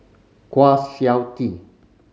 Kwa Siew Tee